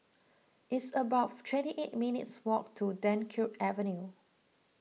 it's about twenty eight minutes' walk to Dunkirk Avenue